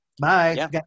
Bye